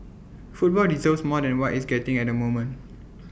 football deserves more than what it's getting at moment